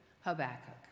Habakkuk